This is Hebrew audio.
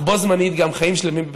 אך בו-זמנית גם חיים שלווים ובטוחים.